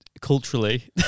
culturally